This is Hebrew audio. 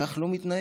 כך לא מתנהג.